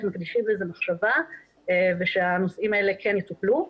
מקדישים לזה מחשבה ושהנושאים האלה כן יטופלו,